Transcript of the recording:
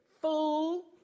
fool